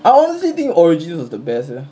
I honestly think origins was the best eh